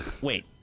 Wait